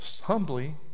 humbly